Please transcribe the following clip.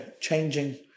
changing